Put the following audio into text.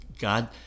God